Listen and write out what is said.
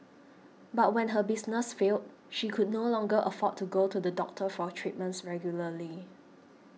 but when her business failed she could no longer afford to go to the doctor for treatments regularly